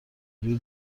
روی